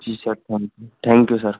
ji sir thank you thank you sir